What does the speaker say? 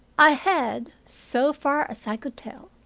i had, so far as i could tell,